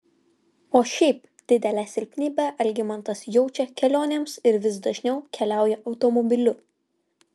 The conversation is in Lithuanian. o šiaip didelę silpnybę algimantas jaučia kelionėms ir vis dažniau keliauja automobiliu